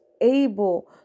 able